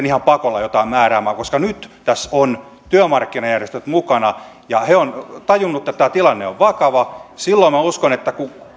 ihan pakolla jotain määräämään koska nyt tässä ovat työmarkkinajärjestöt mukana ja he ovat tajunneet että tilanne on vakava minä uskon että silloin kun